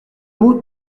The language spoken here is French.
mots